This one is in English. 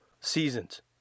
seasons